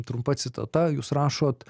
trumpa citata jūs rašot